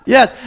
Yes